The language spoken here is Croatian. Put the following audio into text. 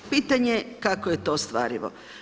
Pitanje kako je to ostvarivo?